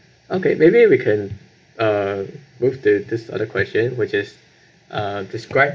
okay maybe we can uh move to this other question which is uh describe